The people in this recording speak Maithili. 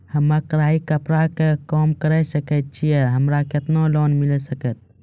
हम्मे कढ़ाई कपड़ा के काम करे छियै, हमरा केतना लोन मिले सकते?